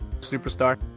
Superstar